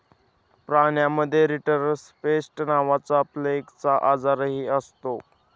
प्राण्यांमध्ये रिंडरपेस्ट नावाचा प्लेगचा आजारही असतो